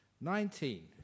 Nineteen